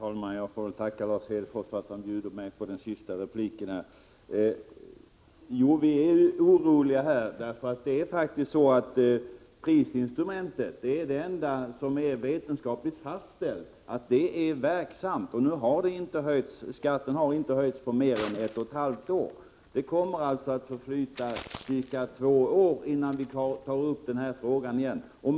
Herr talman! Jag får väl tacka Lars Hedfors för att han bjuder mig på den sista repliken i den här debattomgången. Vi är oroliga över utvecklingen på det här området. Det är faktiskt vetenskapligt fastställt att prisinstrumentet är det enda som är verksamt. Skatten har inte höjts på över ett och ett halvt år, och det kommer att förflyta cirka två år innan den här frågan tas upp igen.